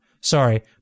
Sorry